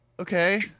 Okay